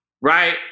right